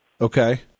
Okay